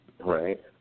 right